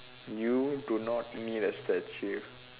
you do not need a statue